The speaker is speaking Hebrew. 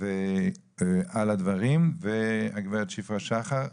על הדברים, והגברת שפרה שחר.